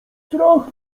strach